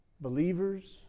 believers